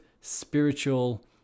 spiritual